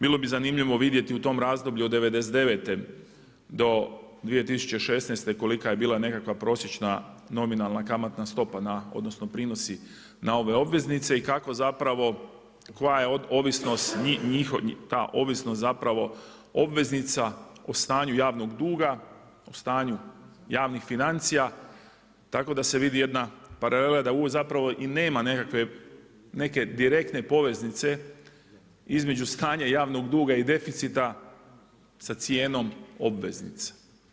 Bilo bi zanimljivo vidjeti u tom razdoblju od '99. do 2016. kolika je bila nekakva prosječna nominalna kamatna stopa odnosno prinosi na ove obveznice i kako zapravo, koja je ta ovisnost zapravo obveznica o stanju javnog duga, o stanju javnih financija, tako da se vidi jedna paralela, da ovo zapravo i nema neke direktne poveznice između stanja javnog duga i deficita sa cijenom obveznice.